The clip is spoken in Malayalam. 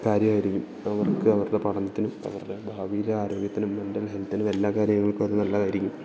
കാര്യമായിരിക്കും അവർക്ക് അവരുടെ പഠനത്തിനും അവരുടെ ഭാവിയിലെ ആരോഗ്യത്തിനും മെന്റൽ ഹെൽത്തിനും എല്ലാ കാര്യങ്ങൾക്കും അതു നല്ലതായിരിക്കും